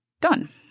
Done